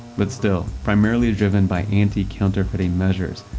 but still, primarily driven by anti-counterfeiting measures,